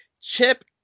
Chip